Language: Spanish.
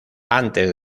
antes